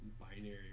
binary